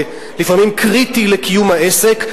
זה לפעמים קריטי לקיום העסק,